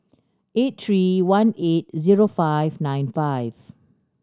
eight three one eight zero five nine five